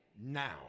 now